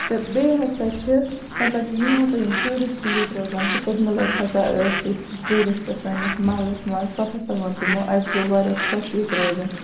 تہٕ بیٚیہِ ہَسا چھِ مَطلَب یِم ہَسا یِم ٹیٚورِسٹ یٚتہِ روزان چھِ پٔتمہِ لَٹہٕ ہَسا ٲسۍ ییٚتہِ ٹیٚوٗرِسٹ سٲنِس مَحلَس مَنٛز پَتہٕ ہَسا ووٚن تِمو اَسہ گوٚو واریاہ خۄش ییٚتہِ روزُن